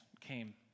came